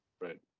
Right